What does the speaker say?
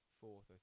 fourth